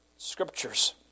scriptures